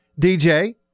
DJ